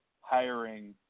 hiring